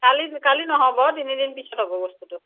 কালি কালি নহ'ব তিনিদিন পিছত হ'ব বস্তুটো